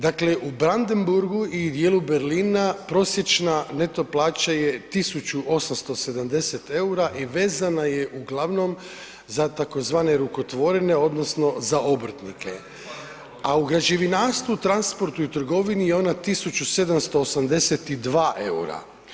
Dakle, u Brandenburgu i dijelu Berlina prosječna neto plaća je 1.870 EUR-a i vezana je uglavnom za tzv. rukotvorine odnosno za obrtnike, a u građevinarstvu, transportu i trgovini je ona 1.782 EUR-a.